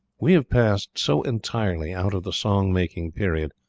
we have passed so entirely out of the song-making period,